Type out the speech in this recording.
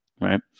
right